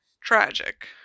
tragic